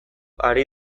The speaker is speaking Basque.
ari